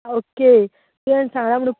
okay तुवें सांगलां म्हुणू